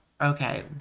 okay